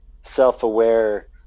self-aware